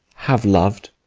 have lov'd,